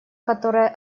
которая